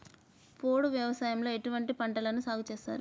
పోడు వ్యవసాయంలో ఎటువంటి పంటలను సాగుచేస్తారు?